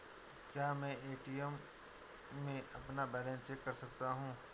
क्या मैं ए.टी.एम में अपना बैलेंस चेक कर सकता हूँ?